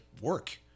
work